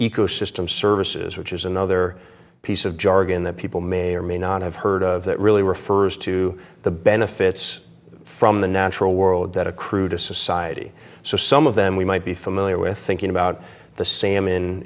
ecosystem services which is another piece of jargon that people may or may not have heard of that really refers to the benefits from the natural world that accrue to society so some of them we might be familiar with thinking about the sa